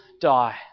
die